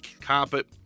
carpet